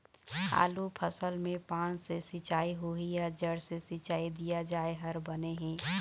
आलू फसल मे पान से सिचाई होही या जड़ से सिचाई दिया जाय हर बने हे?